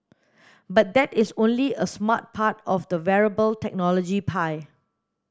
but that is only a smart part of the wearable technology pie